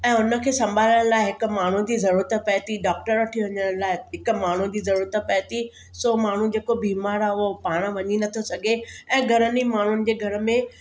ऐं उन खे संभालण लाइ हिक माण्हू जी ज़रूरत पए थी डॉक्टर वटि वठी वञण लाइ हिकु माण्हू जी ज़रूरत पए थी सौ माण्हू जेको बीमार आहे उहा पाण वञी नथो सघे ऐं घणनि ई माण्हुनि जे घर में